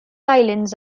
islands